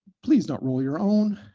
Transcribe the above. please don't roll your own.